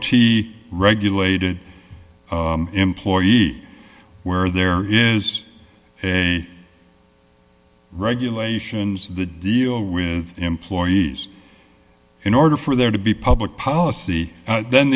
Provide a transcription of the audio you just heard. t regulated employee where there is a regulations the deal with employees in order for there to be public policy then